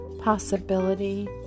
possibility